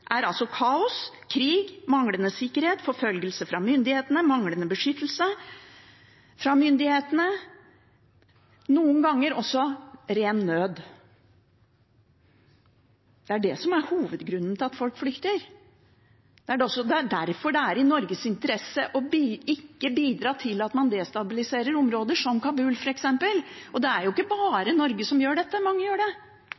er kaos, krig, manglende sikkerhet, forfølgelse fra myndighetenes side, manglende beskyttelse fra myndighetenes side, noen ganger også ren nød. Det er det som er hovedgrunnen til at folk flykter. Det er derfor det er i Norges interesse ikke å bidra til at man destabiliserer områder som Kabul, f.eks. Det er ikke bare Norge som gjør dette; mange gjør det. Pakistan er